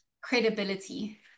credibility